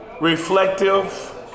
reflective